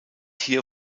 hier